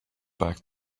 back